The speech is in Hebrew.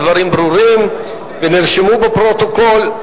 הדברים ברורים ונרשמו בפרוטוקול.